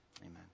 Amen